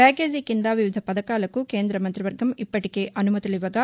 package కింద వివిధ పథకాలకు కేంద్ర మంతివర్గం ఇప్పటికే అనుమతులు ఇవ్వగా